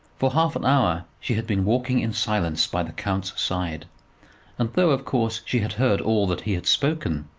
for half-an-hour she had been walking in silence by the count's side and though, of course, she had heard all that he had spoken,